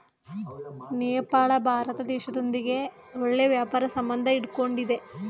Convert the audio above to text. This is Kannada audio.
ನೇಪಾಳ ಭಾರತ ದೇಶದೊಂದಿಗೆ ಒಳ್ಳೆ ವ್ಯಾಪಾರ ಸಂಬಂಧ ಇಟ್ಕೊಂಡಿದ್ದೆ